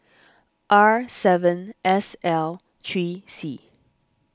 R seven S L three C